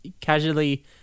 casually